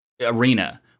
arena